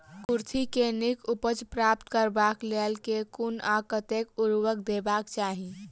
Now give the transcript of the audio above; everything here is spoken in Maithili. कुर्थी केँ नीक उपज प्राप्त करबाक लेल केँ कुन आ कतेक उर्वरक देबाक चाहि?